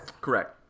correct